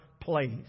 place